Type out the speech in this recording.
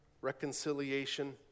reconciliation